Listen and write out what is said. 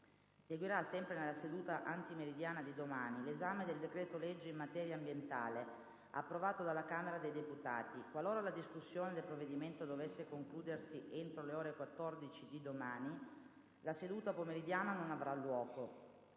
Seguirà, sempre nella seduta antimeridiana di domani, 1'esame del decreto-legge in materia ambientale, approvato dalla Camera dei deputati. Qualora la discussione del provvedimento dovesse concludersi entro le ore 14 di domani, la seduta pomeridiana non avrà luogo.